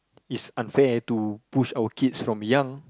it's unfair to push our kids from young